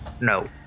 No